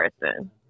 person